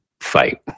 fight